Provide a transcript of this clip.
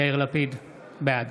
(קורא בשם חבר הכנסת) יאיר לפיד, בעד